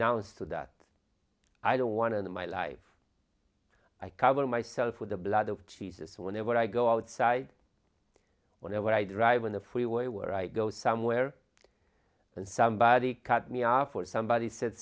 renounce to that i don't want to in my life i cover myself with the blood of jesus whenever i go outside whenever i drive on the freeway where i go somewhere and somebody cut me off or somebody said